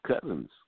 Cousins